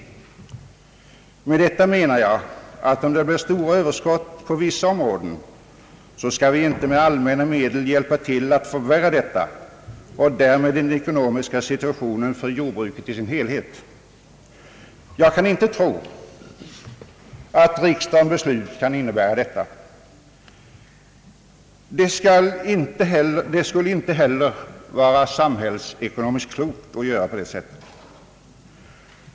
Med detta menar jag att vi, om det blir stora överskott på vissa områden, inte med allmänna medel skall hjälpa till att förvärra detta — och därmed den ekonomiska situationen för jordbruket i dess helhet. Jag kan inte tro att riksdagens beslut kan innebära något sådant. Det skulle inte heller vara samhällsekonomiskt klokt att göra på det sättet.